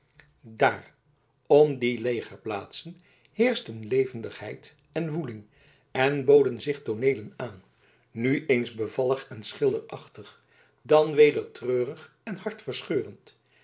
daar om die legerplaatsen heerschten levendigheid en woeling en boden zich tooneelen aan nu eens bevallig en schilderachtig dan weder treurig en hartverscheurend